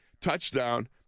touchdown